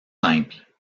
simples